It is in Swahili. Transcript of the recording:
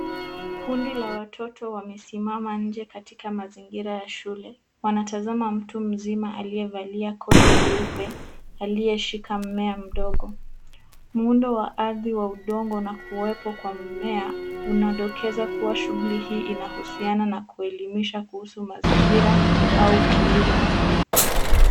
Kundi la watoto wamesimama nje katika mazingira ya shule. Wanatazama mtu mzima aliyevalia koti jeupe, aliyeshika mmea mdogo. Muundo wa ardhi wa udongo na kuwepo kwa mmea unadokeza kuwa shughuli hii inahusiana na kuelimisha kuhusu mazingira au kilimo.